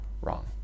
wrong